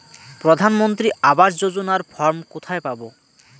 প্রধান মন্ত্রী আবাস যোজনার ফর্ম কোথায় পাব?